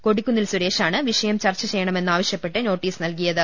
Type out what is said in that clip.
കൊടിക്കുന്നിൽ സുരേഷാണ് വിഷയം ചർച്ച ചെയ്യണമെന്ന് ആവശ്യപ്പെട്ട് നോട്ടീസ് നൽകിയത്